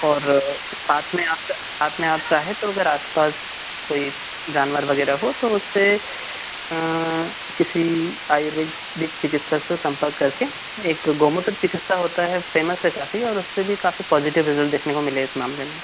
और साथ में आप साथ में आप चाहें तो अगर आस पास कोई जानवर वगैरह हो तो उसपे किसी आयुर्वेदिक चिकित्सक से संपर्क करके एक गो मूत्र चिकित्सा होता है वो फ़ेमस है काफ़ी और उससे भी काफ़ी पॉज़िटिव रिज़ल्ट देखने को मिले इस मामले में